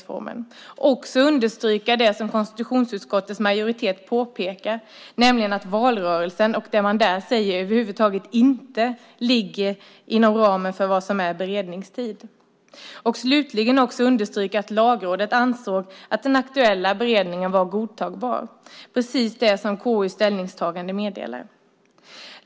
Jag vill också understryka det som konstitutionsutskottets majoritet påpekar, nämligen att valrörelsen och det man där säger över huvud taget inte ligger inom ramen för vad som är beredningstid. Jag vill slutligen också understryka att Lagrådet ansåg att den aktuella beredningen var godtagbar, precis det som KU:s ställningstagande meddelar.